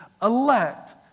elect